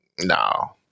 no